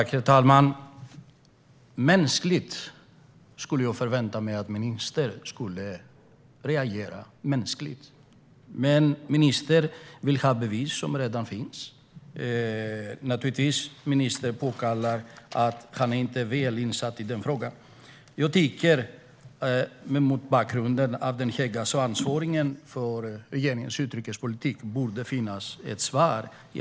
Herr talman! Jag hade förväntat mig att ministern skulle reagera mänskligt. Men ministern vill ha bevis som redan finns och påpekar att han inte är insatt i frågan. Jag anser att mot bakgrund av regeringens ansvar för utrikespolitiken borde det finnas ett svar.